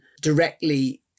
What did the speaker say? directly